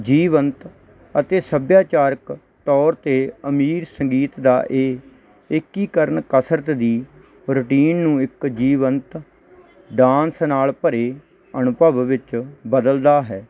ਜੀਵੰਤ ਅਤੇ ਸੱਭਿਆਚਾਰਕ ਤੌਰ ਤੇ ਅਮੀਰ ਸੰਗੀਤ ਦਾ ਇਹ ਏਕੀਕਰਨ ਕਸਰਤ ਦੀ ਰੂਟੀਨ ਨੂੰ ਇੱਕ ਜੀਵੰਤ ਡਾਂਸ ਨਾਲ ਭਰੇ ਅਨੁਭਵ ਵਿੱਚ ਬਦਲਦਾ ਹੈ